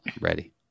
Ready